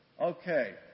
Okay